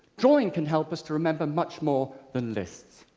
drawing can help us to remember much more than lists.